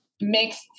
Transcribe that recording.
mixed